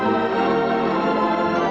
or